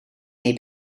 neu